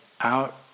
out